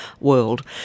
world